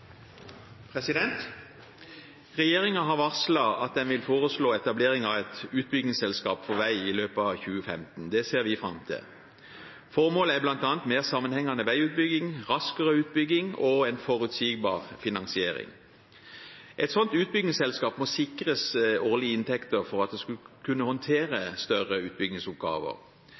har varslet at den vil foreslå etablering av et utbyggingsselskap for vei i løpet av 2015. Det ser vi fram til. Formålet er bl.a. mer sammenhengende veiutbygging, raskere utbygging og en forutsigbar finansiering. Et slikt utbyggingsselskap må sikres årlige inntekter for at det skal kunne håndtere større utbyggingsoppgaver.